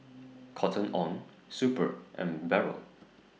Cotton on Super and Barrel